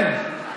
כן.